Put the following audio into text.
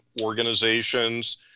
organizations